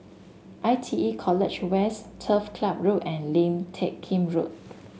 I T E College West Turf Ciub Road and Lim Teck Kim Road